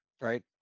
right